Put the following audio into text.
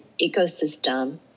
ecosystem